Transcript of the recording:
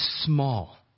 small